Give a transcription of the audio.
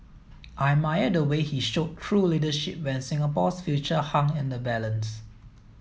I admire the way he showed true leadership when Singapore's future hung in the balance